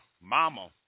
mama